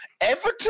Everton